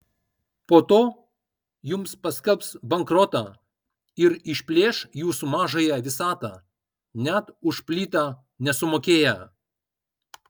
po to jums paskelbs bankrotą ir išplėš jūsų mažąją visatą net už plytą nesumokėję